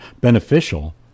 beneficial